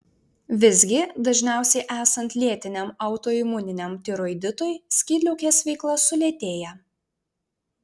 visgi dažniausiai esant lėtiniam autoimuniniam tiroiditui skydliaukės veikla sulėtėja